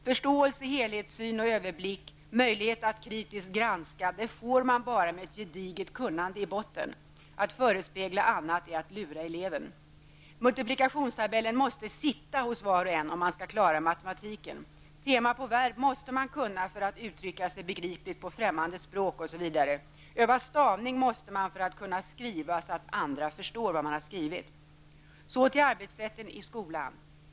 Förståelse, helhetssyn, överblick och möjlighet till kritisk granskning får man bara om det finns ett gediget kunnande i botten. Att förespegla något annat är att lura eleverna. Multiplikationstabellen måste så att säga sitta hos var och en för att det skall gå att klara matematiken. Tema på verb måste man också behärska för att kunna uttrycka sig begripligt på främmande språk osv. Öva stavning måste man även för att kunna skriva så, att andra förstår vad man har skrivit. Så till arbetssättet i skolan.